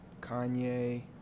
Kanye